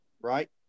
Right